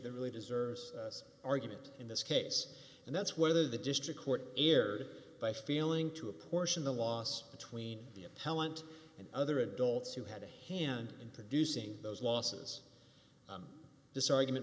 that really deserves this argument in this case and that's whether the district court erred by failing to apportion the loss between the appellant and other adults who had a hand in producing those losses this argument